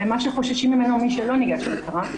למה שחוששים ממנו מי שלא ניגש למשטרה.